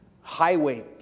highway